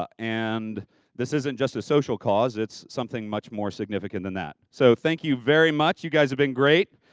ah and this isn't just a social cause, it's something much more significant than that. so, thank you very much. you guys have been great!